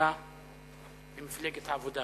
ממפלגת העבודה,